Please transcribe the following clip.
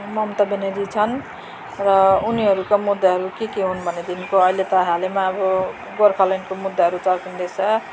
ममता ब्यानर्जी छन् र उनीहरूका मुद्दाहरू के के हुन् भन्नेदेखिको अहिले त हालैमा अब गोर्खाल्यान्डको मुद्दाहरू चर्किन्दैछ